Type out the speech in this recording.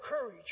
courage